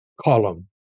Column